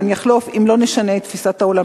יחלוף אם לא נשנה את תפיסת העולם בנושא.